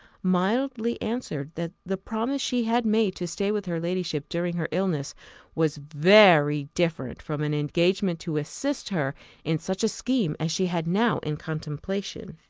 mildly answered, that the promise she had made to stay with her ladyship during her illness was very different from an engagement to assist her in such a scheme as she had now in contemplation.